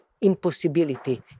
impossibility